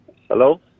Hello